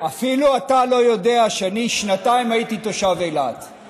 אפילו אתה לא יודע שאני הייתי תושב אילת שנתיים.